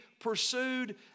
pursued